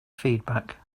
feedback